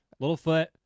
Littlefoot